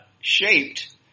shaped